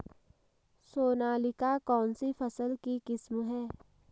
सोनालिका कौनसी फसल की किस्म है?